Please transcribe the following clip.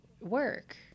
work